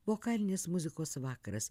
vokalinės muzikos vakaras